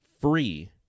free